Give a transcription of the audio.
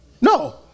No